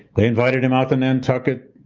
they invited him out to nantucket,